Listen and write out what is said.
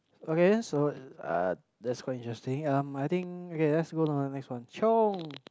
okay so uh that's quite interesting and I think let's go to the next one chiong